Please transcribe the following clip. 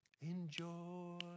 Enjoy